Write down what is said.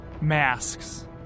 masks